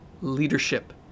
leadership